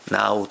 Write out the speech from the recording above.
now